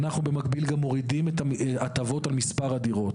ואנחנו במקביל גם מורידים את ההטבות על מספר הדירות,